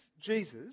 Jesus